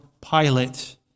Pilate